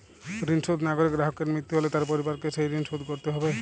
ঋণ শোধ না করে গ্রাহকের মৃত্যু হলে তার পরিবারকে সেই ঋণ শোধ করতে হবে?